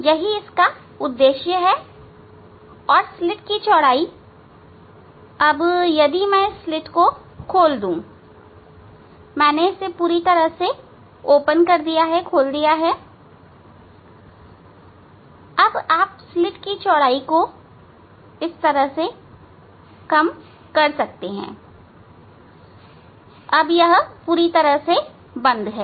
यही इस का उद्देश्य है और स्लिट चौड़ाई यदि मैं इस स्लिट को खोल दूं मैंने इसे पूरी तरह खोल दिया अब आप स्लिट चौड़ाई को कम कर सकते हैं अब यह पूरी तरह बंद है